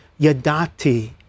yadati